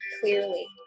clearly